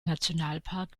nationalpark